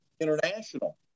international